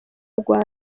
rwanda